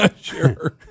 Sure